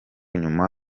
nyuma